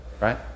right